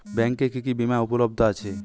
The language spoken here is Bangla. ব্যাংকে কি কি বিমা উপলব্ধ আছে?